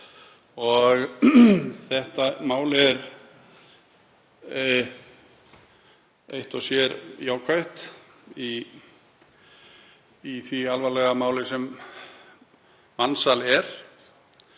Þetta mál er eitt og sér jákvætt í því alvarlega máli sem mansal er